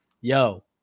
yo